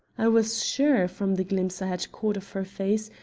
i was sure, from the glimpse i had caught of her face,